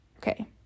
Okay